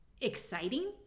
exciting